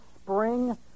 spring